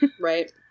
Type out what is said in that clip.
right